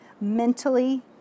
mentally